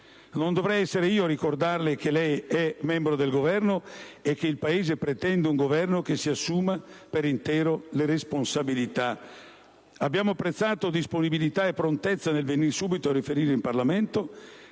Non dovrei essere io a ricordarle che lei è membro del Governo e che il Paese pretende un Governo che si assuma per intero le responsabilità. Abbiamo apprezzato la disponibilità e la prontezza nel venire subito a riferire in Parlamento,